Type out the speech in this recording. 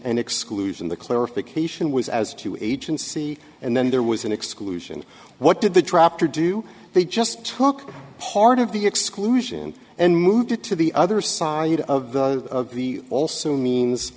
an exclusion the clarification was as to agency and then there was an exclusion what did the dropped or do they just talk part of the exclusion and moved it to the other side of the also means